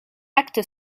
acte